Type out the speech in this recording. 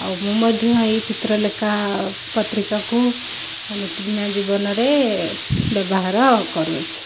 ଆଉ ମୁଁ ମଧ୍ୟ ଏଇ ଚିତ୍ରଲେଖା ପତ୍ରିକାକୁ ନିତିଦିନିଆ ଜୀବନରେ ବ୍ୟବହାର କରୁଅଛି